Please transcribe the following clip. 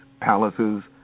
palaces